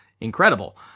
incredible